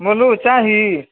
बोलू चाही